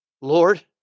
Lord